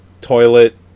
toilet